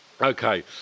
Okay